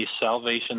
Salvation